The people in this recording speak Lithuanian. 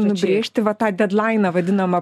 nubrėžti va tą dedlainą vadinamą